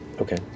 Okay